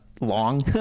long